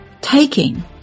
Taking